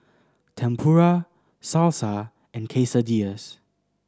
Tempura Salsa and Quesadillas